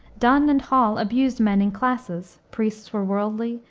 donne and hall abused men in classes priests were worldly,